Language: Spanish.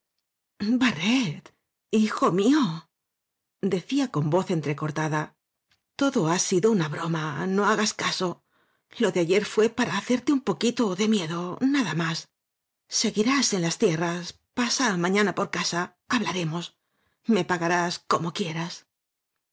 hijo mío decía con voz entre cortada todo ha sido una broma no haas caso lo de ayer fué para hacerte un poquito de miedo nada más seguirás en las tierras pasa mañana por casa hablaremos me paga rás como quieras